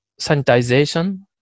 sanitization